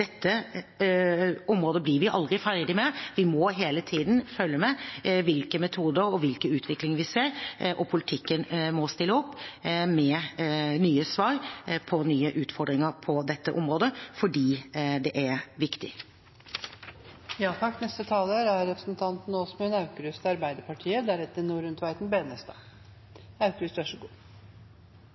Dette området blir vi aldri ferdig med. Vi må hele tiden følge med på metodene og hvilken utvikling vi ser, og politikken må stille opp med nye svar på nye utfordringer på dette området – fordi det er